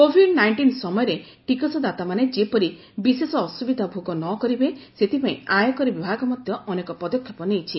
Covid nineteen ସମୟରେ ଟିକସଦାତାମାନେ ଯେପରି ବିଶେଷ ଅସୁବିଧା ଭୋଗ ନ କରିବେ ସେଥିପାଇଁ ଆୟକର ବିଭାଗ ମଧ୍ୟ ଅନେକ ପଦକ୍ଷେପ ନେଇଛି